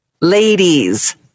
ladies